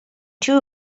two